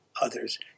others